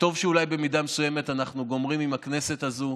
במידה מסוימת טוב אולי שאנחנו גומרים עם הכנסת הזאת.